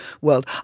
world